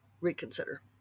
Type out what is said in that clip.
reconsider